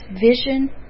vision